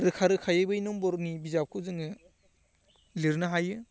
रोखा रोखायै बै नम्बरनि बिजाबखौ जोङो लिरनो हायो